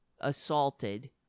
assaulted